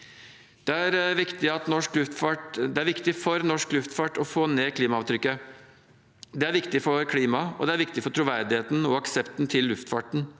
Det er viktig for norsk luftfart å få ned klimaavtrykket. Det er viktig for klimaet, og det er viktig for troverdigheten og aksepten til luftfarten.